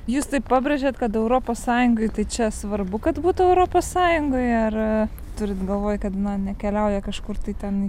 jūs taip pabrėžėt kad europos sąjungai tai čia svarbu kad būtų europos sąjungoje ar turit galvoj kad nekeliauja kažkur tai ten